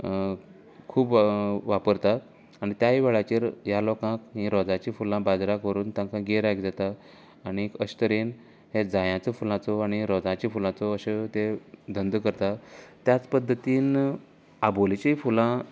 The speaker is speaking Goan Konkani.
खूब वापरतात आनी त्याय वेळाचेर ह्या लोकांक ही रोजांची फुलां बाजरांक व्हरून तांका गिरायक जाता आनी अशें तरेन ह्या जायाचो फुलांचो आनी रोजांच्या फुलांचो अश्यो ते धंदो करतात त्याच पद्दतीन आबोलेची फुलां